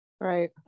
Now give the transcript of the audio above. Right